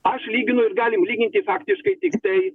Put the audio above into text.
aš lyginu ir galim lyginti faktiškai tiktai